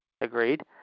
Agreed